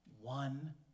One